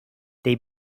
they